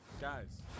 Guys